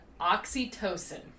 oxytocin